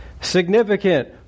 Significant